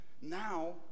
now